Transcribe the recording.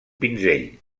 pinzell